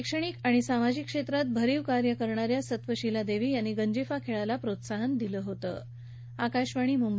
शैक्षणिक आणि सामाजिक क्षेत्रात भरीव कार्य केलेल्या सत्वशीलादेवी यांनी गंजिफा खेळाला प्रोत्साहन दिलं होतं